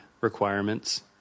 requirements